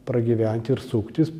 pragyventi ir suktis